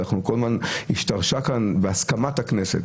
וכל הזמן השתרשה כאן בהסכמת הכנסת,